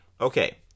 okay